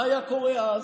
מה היה קורה אז?